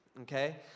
Okay